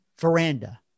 veranda